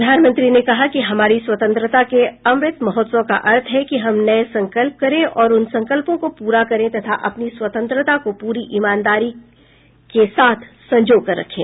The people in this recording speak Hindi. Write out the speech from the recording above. प्रधानमंत्री ने कहा कि हमारी स्वतंत्रता के अमृत महोत्सव का अर्थ है कि हम नये संकल्प करें और उन संकल्पों को पूरा करें तथा अपनी स्वतंत्रता को पूरी ईमानदारी के साथ संजोकर रखें